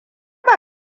ba